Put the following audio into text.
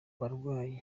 barwanyi